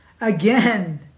again